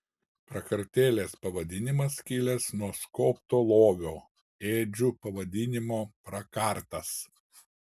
prakartėlės pavadinimas kilęs nuo skobto lovio ėdžių pavadinimo prakartas